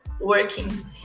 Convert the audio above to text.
working